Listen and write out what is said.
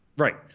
Right